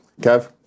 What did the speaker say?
Kev